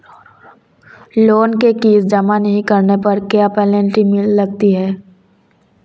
Loan की किश्त जमा नहीं कराने पर क्या पेनल्टी लगती है?